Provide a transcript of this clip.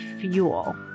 fuel